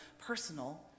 personal